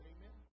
Amen